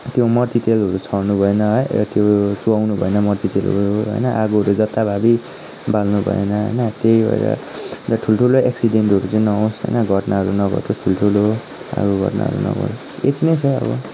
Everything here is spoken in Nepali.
त्यो मट्टितेलहरू छर्नु भएन है त्यो चुहाउनु भएन मट्टितेल होइन आगोहरू जताभावी बाल्नु भएन होइन त्यही भएर अन्त ठुल्ठुलो एक्सिडेन्टहरू चाहिँ नहोस् होइन घटनाहरू नघटोस् ठुल्ठुलो अब घटनाहरू नघटोस् यति नै छ अब